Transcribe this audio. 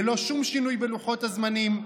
ללא שום שינוי בלוחות הזמנים.